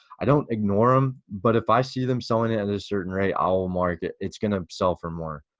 i don't ignore em, but if i see them selling at a certain rate i'll mark it it's gonna sell for more.